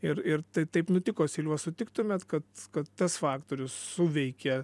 ir ir tai taip nutiko silva sutiktumėt kad tas faktorius suveikė